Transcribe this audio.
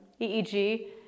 EEG